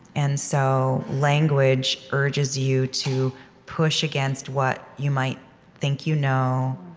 and so language urges you to push against what you might think you know,